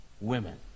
women